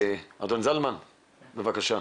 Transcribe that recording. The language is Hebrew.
אדון זלמן, בבקשה.